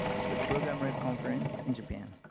it's a programmer's conference in japan.